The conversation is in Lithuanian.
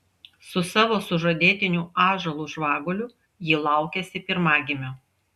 su savo sužadėtiniu ąžuolu žvaguliu ji laukiasi pirmagimio